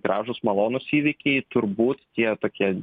gražūs malonūs įvykiai turbūt tie tokie